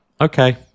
okay